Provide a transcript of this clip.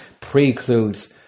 precludes